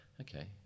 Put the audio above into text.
okay